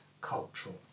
cultural